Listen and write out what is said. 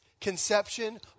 conception